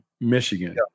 Michigan